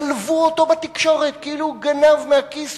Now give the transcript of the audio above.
צלבו אותו בתקשורת כאילו הוא גנב מהכיס